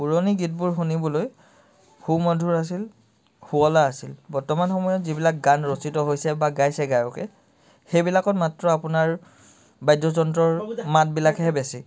পুৰণি গীতবোৰ শুনিবলৈ সুমধুৰ আছিল শুৱলা আছিল বৰ্তমান সময়ত যিবিলাক গান ৰচিত হৈছে বা গাইছে গায়কে সেইবিলাকত মাত্ৰ আপোনাৰ বাদ্যযন্ত্ৰৰ মাতবিলাকহে বেছি